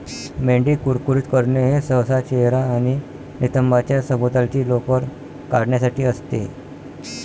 मेंढी कुरकुरीत करणे हे सहसा चेहरा आणि नितंबांच्या सभोवतालची लोकर काढण्यासाठी असते